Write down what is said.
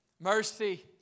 Mercy